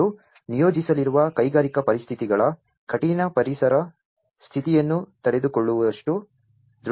ಅವರು ನಿಯೋಜಿಸಲಿರುವ ಕೈಗಾರಿಕಾ ಪರಿಸ್ಥಿತಿಗಳ ಕಠಿಣ ಪರಿಸರ ಸ್ಥಿತಿಯನ್ನು ತಡೆದುಕೊಳ್ಳುವಷ್ಟು ದೃಢವಾಗಿರಬೇಕು